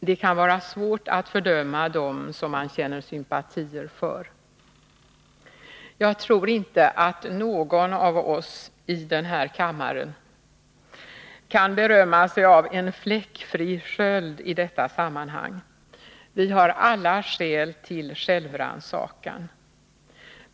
Det kan vara svårt att fördöma dem man känner sympatier för. Jag tror inte att någon av oss i denna kammare kan berömma sig av en fläckfri sköld i detta sammanhang. Vi har alla skäl till självrannsakan.